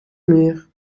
muur